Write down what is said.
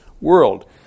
world